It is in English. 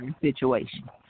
situation